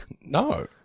No